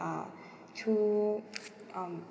we are too um